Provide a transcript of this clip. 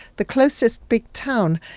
the closest big town,